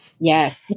Yes